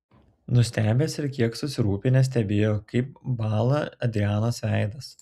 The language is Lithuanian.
nustebęs ir kiek susirūpinęs stebėjo kaip bąla adrianos veidas